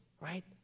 right